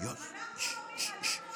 לא קשור,